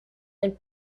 and